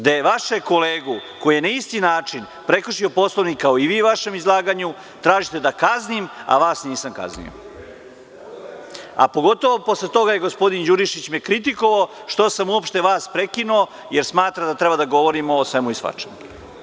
Da je vašeg kolegu koji je na isti način prekršio Poslovnik kao i vi u vašem izlaganju, tražite da kaznim, a vas nisam kaznio, a pogotovo posle toga je gospodin Đurišić me kritikovao što sam uopšte vas prekinuo, jer smatra da treba da govorimo o svemu i svačemu.